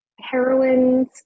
heroines